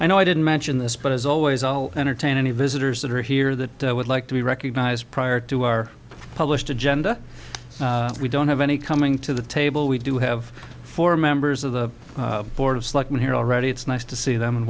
i know i didn't mention this but as always i'll entertain any visitors that are here that would like to be recognized prior to our published agenda we don't have any coming to the table we do have four members of the board of selectmen here already it's nice to see them and